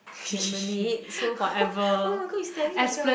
lemonade so oh my god you starring yourself